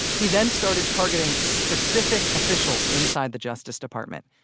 he then started targeting specific officials inside the justice department,